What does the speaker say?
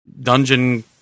dungeon